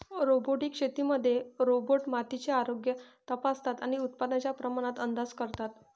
robotic शेतीमध्ये robot मातीचे आरोग्य तपासतात आणि उत्पादनाच्या प्रमाणात अंदाज करतात